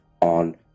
on